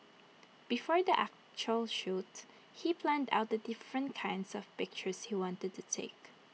before the actual shoot he planned out the different kinds of pictures he wanted to take